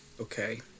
Okay